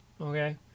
Okay